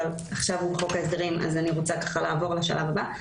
אבל עכשיו הוא בחוק ההסדרים ולכן אני רוצה לעבור לשלב הבא.